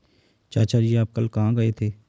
चाचा जी आप कल कहां गए थे?